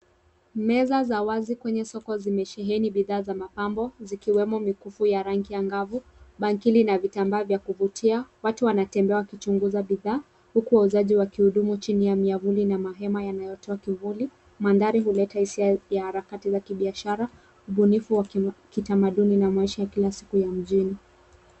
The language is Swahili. meza za wazi kenye soko zimesheheni bidhaa za mapambo zikiwemo mikufu ya rangi ya ngavu bangili na vitambaa vya kuvutia watu wanatembea wakichunguza bidhaa huku wauzaji wakihudumu chini ya miavuli na mahema inayoleta kivuli mandhari huleta hisia ya harakati ya kibiashara ubunifu wa kitamaduni na maisha ya kila siku ya mjini